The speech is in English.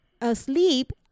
Asleep